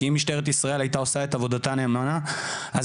כי אם משטרת ישראל הייתה עושה את עבודתה נאמנה אז